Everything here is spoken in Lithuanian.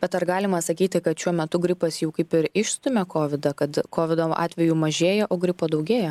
bet ar galima sakyti kad šiuo metu gripas jau kaip ir išstumia kovidą kad kovido atvejų mažėja o gripo daugėja